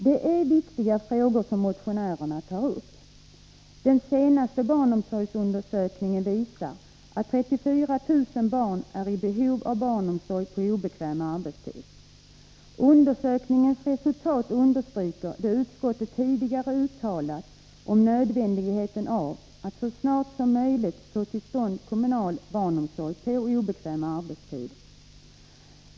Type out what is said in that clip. Det är viktiga frågor som motionärerna tar upp. Den senaste barnomsorgsundersökningen visar att 34 000 barn är i behov av barnomsorg på obekväm arbetstid. Undersökningens resultat understryker det utskottet tidigare uttalat om nödvändigheten av att så snart som möjligt få till stånd kommunal barnomsorg på obekväm arbetstid.